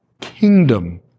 kingdom